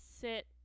sit